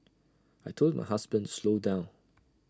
I Told my husband to slow down